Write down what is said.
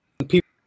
People